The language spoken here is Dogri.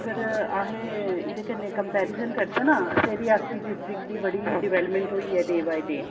अगर अस इं'दे कन्नै कंपैरिजन करचै ना डिस्ट्रिक दी बड़ी डवैल्पमैंट होई ऐ डे बाई डे